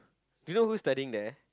you know who's studying there